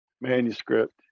manuscript